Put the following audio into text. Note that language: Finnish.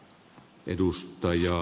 nurmen aloitetta